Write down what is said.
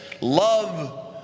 love